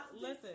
listen